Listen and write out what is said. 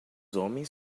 homens